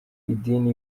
idini